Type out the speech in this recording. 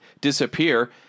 disappear